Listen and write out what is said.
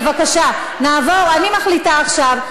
בבקשה, אני מחליטה עכשיו.